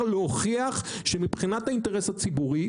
ולהוכיח שמבחינת האינטרס הציבורי,